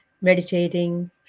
meditating